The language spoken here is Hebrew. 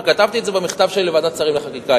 וכתבתי את זה במכתב שלי לוועדת השרים לחקיקה,